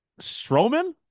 strowman